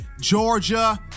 Georgia